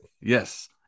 Yes